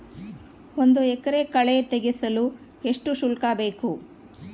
ಒಂದು ಎಕರೆ ಕಳೆ ತೆಗೆಸಲು ಎಷ್ಟು ಶುಲ್ಕ ಬೇಕು?